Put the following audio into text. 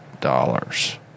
dollars